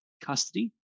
custody